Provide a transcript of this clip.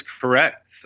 correct